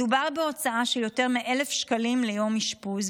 מדובר בהוצאה של יותר מ-1,000 שקלים ליום אשפוז,